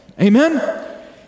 Amen